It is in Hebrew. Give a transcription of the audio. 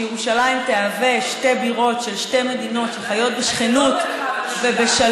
שירושלים תהיה שתי בירות של שתי מדינות שחיות בשכנות ובשלום,